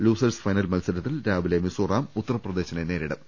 losers final മത്സരത്തിൽ രാവിലെ മിസോറാം ഉത്തർപ്രദേശിനെ നേരിടും